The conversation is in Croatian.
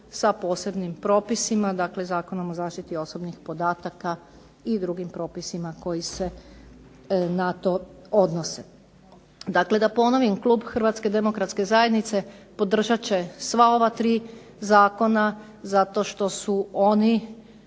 sa posebnim propisima. Dakle, Zakonom o zaštiti osobnih podataka i drugim propisima koji se na to odnose. Dakle da ponovim. Klub Hrvatske demokratske zajednice podržat će sva ova tri zakona zato što su oni